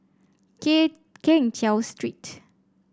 Keng Cheow Street